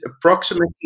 approximately